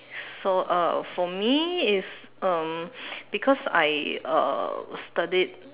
so uh for me is um because I uh studied